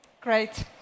Great